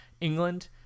England